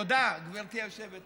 תודה, גברתי היושבת-ראש.